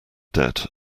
debt